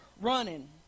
running